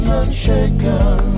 unshaken